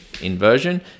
inversion